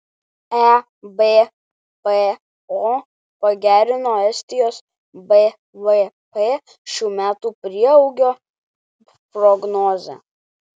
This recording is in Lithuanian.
ebpo pagerino estijos bvp šių metų prieaugio prognozę